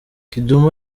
kidum